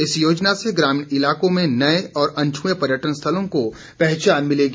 इस योजना से ग्रामीण इलाकों में नए और अनछुए पर्यटन स्थलों को पहचान मिलेगी